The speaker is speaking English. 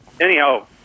Anyhow